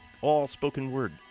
all-spoken-word